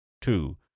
two